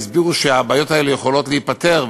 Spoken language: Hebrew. והסבירו שהבעיות האלה יכולות להיפתר,